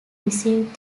received